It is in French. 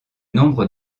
nombre